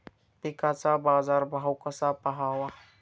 पिकांचा बाजार भाव कसा पहावा?